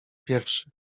pierwszy